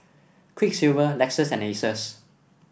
Quiksilver Lexus and Asos